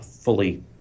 fully